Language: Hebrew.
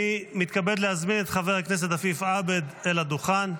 אני מתכבד להזמין את חבר הכנסת עפיף עבד אל הדוכן,